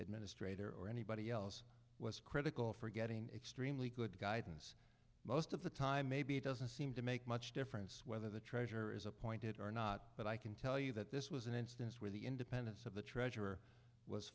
administrator or anybody else was critical for getting extremely good guidance most of the time maybe it doesn't seem to make much difference whether the treasurer is appointed or not but i can tell you that this was an instance where the independence of the treasurer was